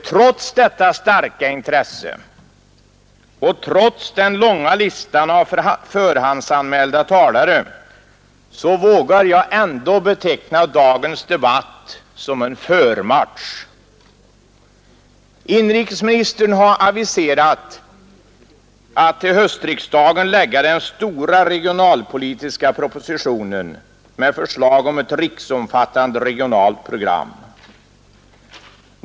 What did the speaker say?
Trots detta starka intresse och trots den långa listan av förhandsanmälda talare vågar jag ändå beteckna dagens debatt som en ”förmatch”. Inrikesministern har aviserat att han till höstriksdagen kommer att framlägga den stora regionalpolitiska propositionen med förslag om ett riksomfattande regionalt program.